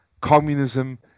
communism